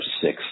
six